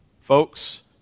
Folks